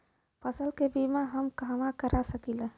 फसल के बिमा हम कहवा करा सकीला?